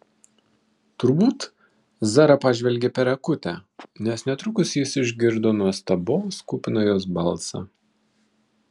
turbūt zara pažvelgė per akutę nes netrukus jis išgirdo nuostabos kupiną jos balsą